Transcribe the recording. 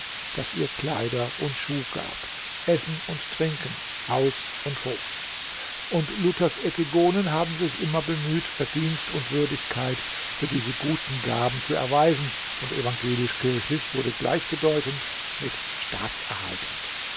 das ihr kleider und schuh gab essen und trinken haus und hof und luthers epigonen haben sich immer bemüht verdienst und würdigkeit für diese guten gaben zu erweisen und evangelisch-kirchlich wurde gleichbedeutend mit